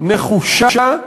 נחושה במטרתה,